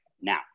now